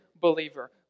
believer